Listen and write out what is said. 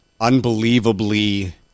unbelievably